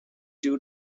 due